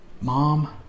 Mom